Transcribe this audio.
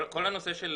כל הנושא של